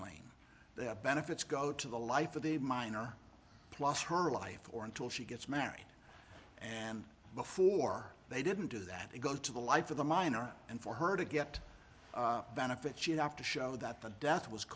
claim their benefits go to the life of the miner plus her life or until she gets married and before they didn't do that they go to the life of the minor and for her to get benefits she'd have to show that the death was